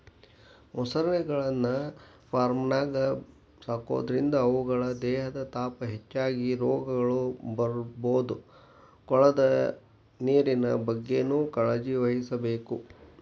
ಮೊಸಳೆಗಳನ್ನ ಫಾರ್ಮ್ನ್ಯಾಗ ಸಾಕೋದ್ರಿಂದ ಅವುಗಳ ದೇಹದ ತಾಪ ಹೆಚ್ಚಾಗಿ ರೋಗಗಳು ಬರ್ಬೋದು ಕೊಳದ ನೇರಿನ ಬಗ್ಗೆನೂ ಕಾಳಜಿವಹಿಸಬೇಕು